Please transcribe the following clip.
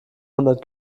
hundert